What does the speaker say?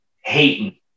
hating